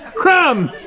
crumb!